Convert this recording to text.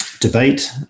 debate